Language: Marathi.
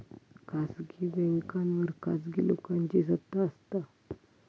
खासगी बॅन्कांवर खासगी लोकांची सत्ता असता